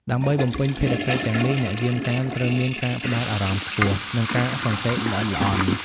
ដើម្បីបំពេញភារកិច្ចទាំងនេះ អ្នកយាមកាមត្រូវមាន ការផ្តោតអារម្មណ៍ខ្ពស់ និង ការសង្កេតល្អិតល្អន់។